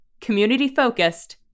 community-focused